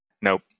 Nope